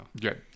good